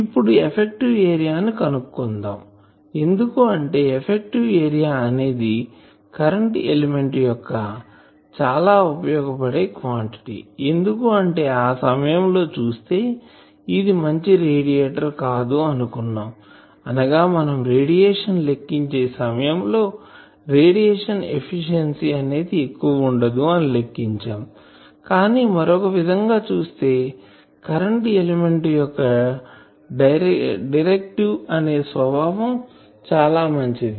ఇప్పుడు effective area ను కనుక్కుందాం ఎందుకు అంటే ఎఫెక్టివ్ ఏరియా అనేది కరెంటు ఎలిమెంట్ యొక్క చాలా ఉపయోగేపడే క్వాంటిటీ ఎందుకు అంటే ఆ సమయం లో చూస్తే ఇది మంచి రేడియేటర్ కాదు అనుకున్నాం అనగా మనం రేడియేషన్ లెక్కించే సమయం లో రేడియేషన్ ఎఫిషియన్సీ అనేది ఎక్కువ ఉండదు అని లెక్కించాము కానీ మరొక విధంగా చూస్తే కరెంటు ఎలిమెంట్ యొక్క డైరెక్టివ్ అనే స్వభావం చాలా మంచిది